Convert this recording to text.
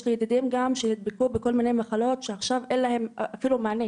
יש לי ידידים שנדבקו בכל מיני מחלות ואין להם מענה,